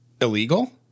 illegal